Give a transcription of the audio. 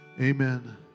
amen